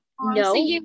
no